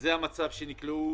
זה המצב שאליו נקלעו